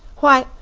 why,